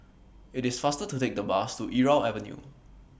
IT IS faster to Take The Bus to Irau Avenue